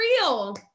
real